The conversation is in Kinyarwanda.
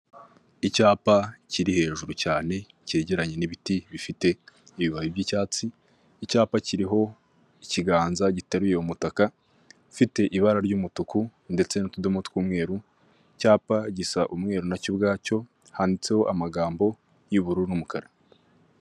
Icyapa kiri hejuru cyane kegeranye n'ibiti bifite ibibabi by'icyatsi, icyapa kiriho ikiganza giteruye umutaka ufite ibara ry'umutuku, ndetse n'utudomo tw'umweru icyapa gisa umweru na cyo ubwacyo handitseho amagambo y'ubururu n'umukara.